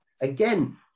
Again